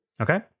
Okay